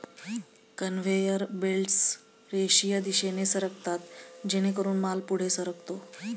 conveyor belts रेषीय दिशेने सरकतात जेणेकरून माल पुढे सरकतो